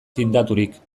tindaturik